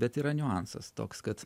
bet yra niuansas toks kad